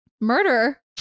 Murder